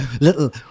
little